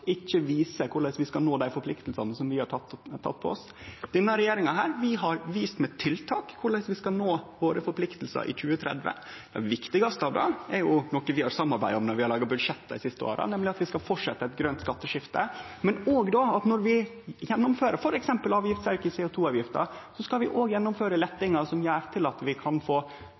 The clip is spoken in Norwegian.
ikkje viser korleis vi skal nå dei forpliktingane som vi har teke på oss. Denne regjeringa har vist med tiltak korleis ein skal nå forpliktingane våre i 2030. Den viktigaste er jo noko vi har samarbeidd om når vi har laga budsjett dei siste åra, nemleg at vi skal fortsetje eit grønt skatteskifte – men òg at vi, når vi gjennomfører f.eks. avgiftsauke i CO 2 -avgifta, skal gjennomføre lettar som gjer at vi kan få